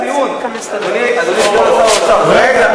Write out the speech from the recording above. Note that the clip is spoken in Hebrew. אדוני סגן שר האוצר, רגע,